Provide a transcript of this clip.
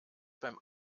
beim